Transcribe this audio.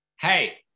Hey